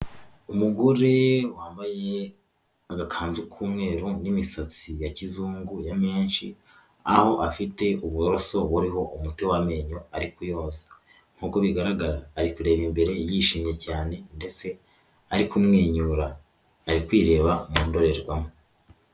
Umugore wambaye agakanzu k'umweru n'imisatsi ya kizungu ya menshi, aho afite uburoso buriho umuti w'amenyo ari kuyoza nk'uko bigaragara ari kureba imbere yishimye cyane ndetse ari kumwenyura ari kwireba mu ndorerwamo.